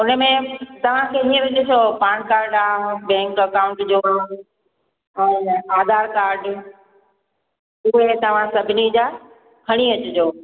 हुनमें तव्हांखे हींअर ॾिसो पान कार्ड आहे बैंक अकाउंट जो और आधार कार्ड इहे तव्हां सभिनी जा खणी अचिजो